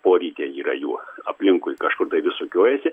porytė yra jų aplinkui kažkur tai vis sukiojasi